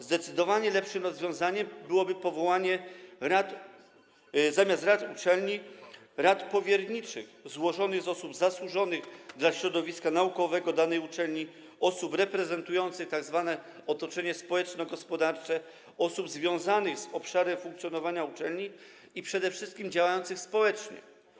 Zdecydowanie lepszym rozwiązaniem byłoby zamiast rad uczelni powołanie rad powierniczych złożonych z osób zasłużonych dla środowiska naukowego danej uczelni, osób reprezentujących tzw. otoczenie społeczno-gospodarcze, osób związanych z obszarem funkcjonowania uczelni i przede wszystkim działających społecznie.